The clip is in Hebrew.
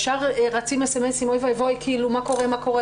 מיד רצים מסרונים: אוי ואבוי, מה קורה?